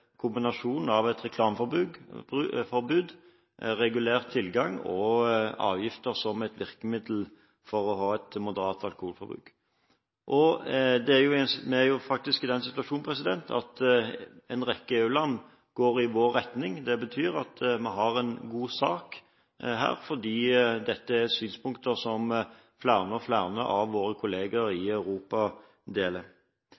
og avgifter. Vi er jo faktisk i den situasjonen at en rekke EU-land går i vår retning. Det betyr at vi her har en god sak, for dette er synspunkter som flere og flere av våre kollegaer